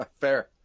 Fair